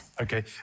Okay